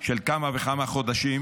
של כמה וכמה חודשים,